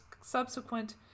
subsequent